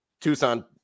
Tucson